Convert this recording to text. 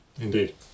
indeed